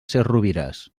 sesrovires